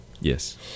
Yes